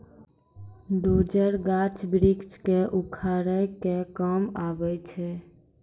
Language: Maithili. डोजर, गाछ वृक्ष क उखाड़े के काम आवै छै